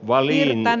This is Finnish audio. valinnan